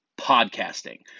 podcasting